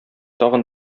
тагын